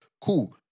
Cool